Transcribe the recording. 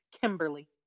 Kimberly